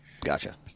Gotcha